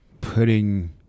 putting